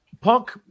punk